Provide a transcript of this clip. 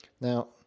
Now